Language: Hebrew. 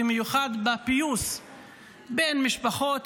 במיוחד בפיוס בין משפחות,